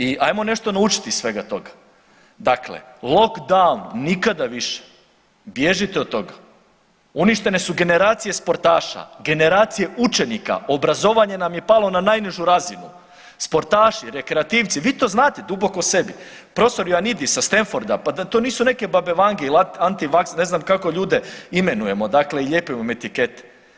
I ajmo nešto naučiti iz svega toga, dakle lockdown nikada više, bježite od toga, uništene su generacije sportaša, generacije učenika, obrazovanje nam je palo na najnižu razinu, sportaši, rekreativci, vi to znate duboko u sebi, prof. Ioannidis sa Stanforda, pa da to nisu neke bave Vange ili antivaks, ne znam kako ljude imenujemo, dakle i lijepimo im etikete.